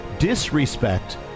disrespect